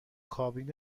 کابین